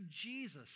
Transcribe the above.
Jesus